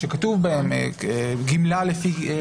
שכתוב בהם "גמלה לפי חוק זה,